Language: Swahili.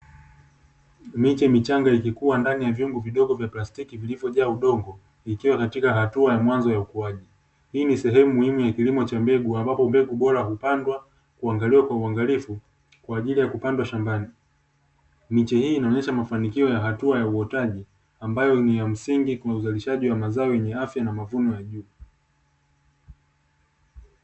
Miche michanga ikikua ndani ya vyombo vidogo vya plastiki vilivyojaa udongo, ikiwa katika hatua ya mwanzo ya ukuaji. Hii ni sehemu muhimu ya kilimo cha mbegu, ambapo mbegu bora hupandwa, kuangaliwa kwa uangalifu kwa ajili ya kupandwa shambani. Miche hii inaonesha mafanikio ya hatua ya uotaji, ambayo ni ya msingi kwenye uzalishaji wa mazao yenye afya na mavuno ya juu.